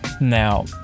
Now